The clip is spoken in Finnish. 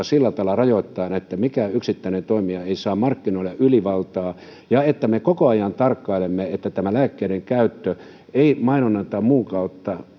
sillä tavalla rajoittaen että mikään yksittäinen toimija ei saa markkinoilla ylivaltaa ja että me koko ajan tarkkailemme että lääkkeiden käyttö ei mainonnan tai muun kautta